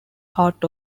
heart